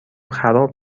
خراب